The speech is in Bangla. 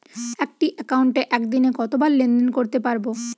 একটি একাউন্টে একদিনে কতবার লেনদেন করতে পারব?